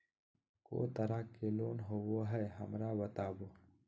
को तरह के लोन होवे हय, हमरा बताबो?